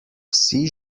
vsi